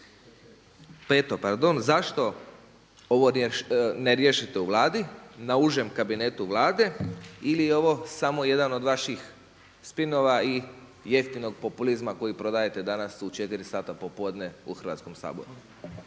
peto pardon. Zašto ovo ne riješite na Vladi na Užem kabinetu Vlade ili je ovo samo jedan od vaših spinova i jeftinog populizma koji prodajete danas u četiri sata popodne u Hrvatskom saboru?